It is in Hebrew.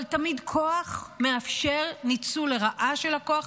אבל תמיד כוח מאפשר ניצול לרעה של הכוח